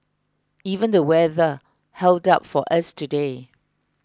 even the weather held up for us today